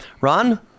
Ron